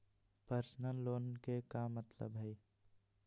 Personal loan के का मतलब हई?